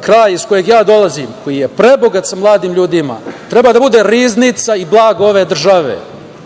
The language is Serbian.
kraj iz kog ja dolazim, koji je prebogat mladim ljudima treba da bude riznica i blago ove države.